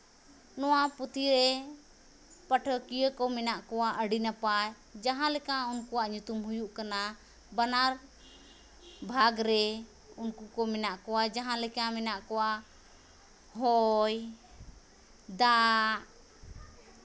ᱱᱚᱣᱟ ᱯᱩᱛᱷᱤ ᱨᱮ ᱯᱟᱴᱷᱚᱠᱤᱭᱟᱹ ᱠᱚ ᱢᱮᱱᱟᱜ ᱠᱚᱣᱟ ᱟᱹᱰᱤ ᱱᱟᱯᱟᱭ ᱡᱟᱦᱟᱸ ᱞᱮᱠᱟ ᱩᱱᱠᱩᱣᱟᱜ ᱧᱩᱛᱩᱢ ᱦᱩᱭᱩᱜ ᱠᱟᱱᱟ ᱵᱟᱱᱟᱨ ᱵᱷᱟᱜᱽ ᱨᱮ ᱩᱱᱠᱩ ᱠᱚ ᱢᱮᱱᱟᱜ ᱠᱚᱣᱟ ᱡᱟᱦᱟᱸ ᱞᱮᱠᱟ ᱢᱮᱱᱟᱜ ᱠᱚᱣᱟ ᱦᱚᱭ ᱫᱟᱜ